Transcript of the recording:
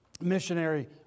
missionary